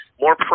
more